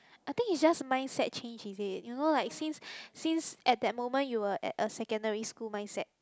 I think it's just mindset change is it you know like since since at that moment you were at a secondary school mindset